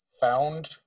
found